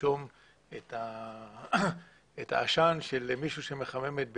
לנשום את העשן של מישהו שמחמם את ביתו.